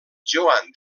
joan